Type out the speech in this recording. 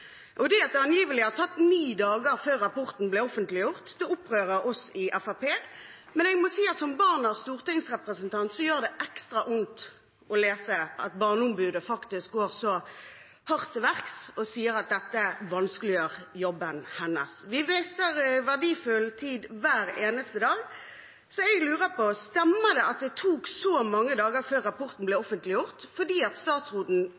Det at det angivelig har tatt ni dager før rapporten ble offentliggjort, opprører oss i Fremskrittspartiet, men jeg må si at som barnas stortingsrepresentant gjør det ekstra vondt å lese at barneombudet faktisk går så hardt til verks og sier at dette vanskeliggjør jobben hennes. Vi mister verdifull tid hver eneste dag. Så jeg lurer på: Stemmer det at det tok så mange dager før rapporten ble offentliggjort, fordi statsråden